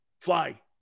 Fly